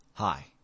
Hi